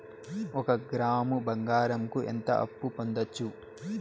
ఒక గ్రాము బంగారంకు ఎంత అప్పు పొందొచ్చు